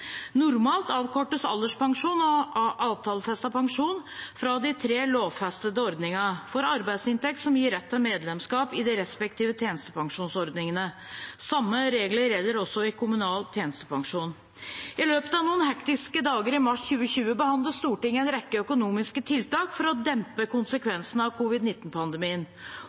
normalt alderspensjon og avtalefestet pensjon fra de tre lovfestede ordningene. Samme regler gjelder også for kommunal tjenestepensjon. I løpet av noen hektiske dager i mars 2020 behandlet Stortinget en rekke økonomiske tiltak for å dempe konsekvensene av